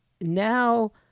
now